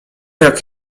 jak